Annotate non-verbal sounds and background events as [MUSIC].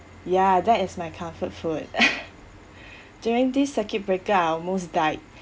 ya that is my comfort food [LAUGHS] during this circuit breaker I almost died